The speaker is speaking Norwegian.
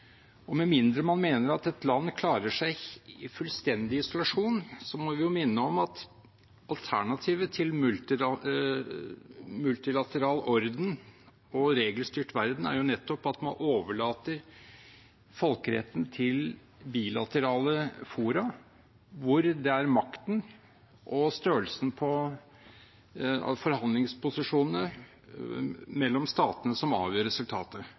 Med mindre man mener at et land klarer seg i fullstendig isolasjon, må vi minne om at alternativet til multilateral orden og en regelstyrt verden nettopp er at man overlater folkeretten til bilaterale fora hvor det er makten og forhandlingsposisjonene mellom statene som avgjør resultatet.